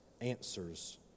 answers